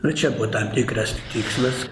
nu čia buvo tam tikras tikslas